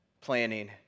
planning